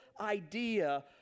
idea